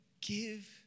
give